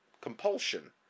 compulsion